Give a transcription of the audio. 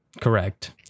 correct